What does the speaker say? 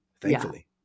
Thankfully